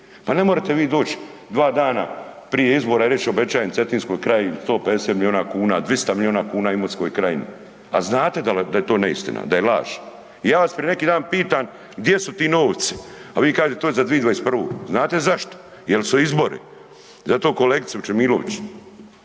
Pa ne morate vi doći 2 dana prije izbora i reći obećajem Cetinskoj krajini 150 milijuna kuna, 200 milijuna kuna Imotskoj krajini, a znate da to neistina, da je laž. I ja vas prije neki dan pitam gdje su ti novci, a vi kažete, to je za 2021., znate zašto? Jer su izbori. Zato, kolegice Vučemilović,